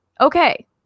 Okay